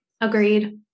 Agreed